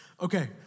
Okay